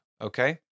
Okay